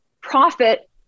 profit